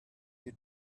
you